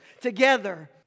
together